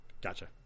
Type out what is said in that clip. Gotcha